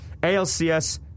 alcs